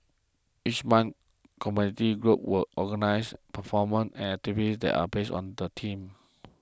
each month community groups will organise performances and activities there based on a theme